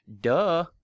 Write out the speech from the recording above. Duh